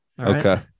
okay